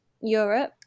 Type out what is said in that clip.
Europe